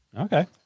Okay